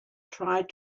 tried